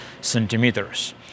centimeters